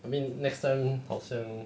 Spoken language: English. I mean next time 好像